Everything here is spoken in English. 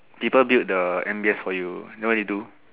people build the M_B_S for you you know what they do